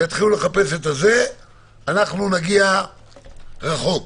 נגיע רחוק,